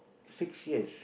six years